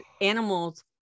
animals